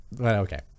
Okay